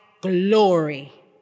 glory